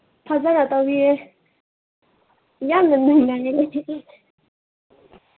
ꯐꯖꯅ ꯇꯧꯔꯤꯌꯦ ꯌꯥꯝꯅ ꯅꯨꯡꯉꯥꯏꯌꯦ